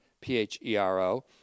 p-h-e-r-o